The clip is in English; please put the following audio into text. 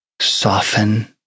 Soften